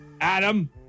Adam